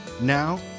now